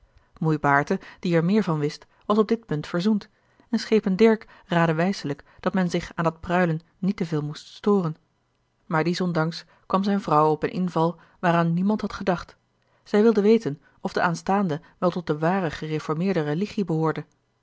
moei baerte die er meer van wist was op dit punt verzoend en schepen dirk raadde wijselijk dat men zich aan dat pruilen niet te veel moest storen maar dies ondanks kwam zijne vrouw op een inval waaraan niemand had gedacht zij wilde weten of de aanstaande wel tot de ware gereformeerde religie behoorde